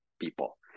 people